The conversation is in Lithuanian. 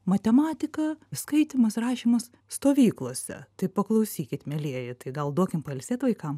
matematika skaitymas rašymas stovyklose tai paklausykit mielieji tai gal duokim pailsėt vaikam